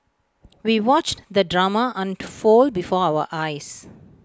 we watched the drama unfold before our eyes